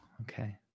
okay